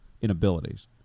inabilities